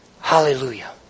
Hallelujah